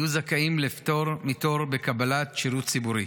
יהיו זכאים לפטור מתור בקבלת שירות ציבורי.